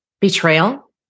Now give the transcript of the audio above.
betrayal